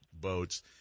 boats